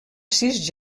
sis